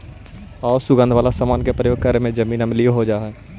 आउ सुगंध वाला समान के प्रयोग करे से जमीन अम्लीय हो जा हई